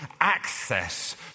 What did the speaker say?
access